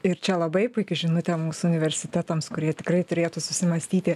ir čia labai puiki žinutė mūsų universitetams kurie tikrai turėtų susimąstyti